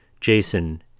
Jason